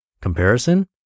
comparison